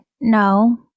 No